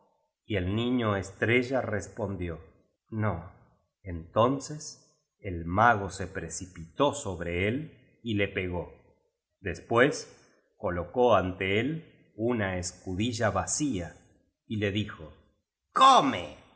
y el niño estrella respondió no entonces el mago se precipitó sobre él y le pegó después colocó ante él una escudilla vacía y le dijo come